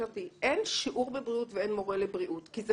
אין שיעור בבריאות ואין מורה לבריאות, כי זה